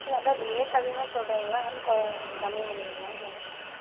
அப்படியா இருந்தால் ரேட்டு அதிகமாக சொல்றிங்கள்ளை அதனால கொ கொஞ்சம் கம்மி பண்ணுவிங்களாங்கறத கேட்குறேன் கே கேட்டேன்